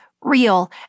real